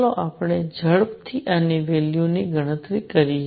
ચાલો આપણે ઝડપથી આની વેલ્યુની ગણતરી કરીએ